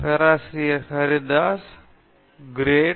பேராசிரியர் பிரதாப் ஹரிதாஸ் சரி கிரேட்